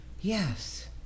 yes